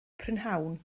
prynhawn